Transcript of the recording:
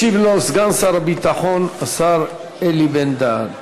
ישיב לו סגן שר הביטחון אלי בן-דהן.